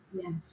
yes